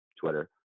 Twitter